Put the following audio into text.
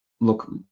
look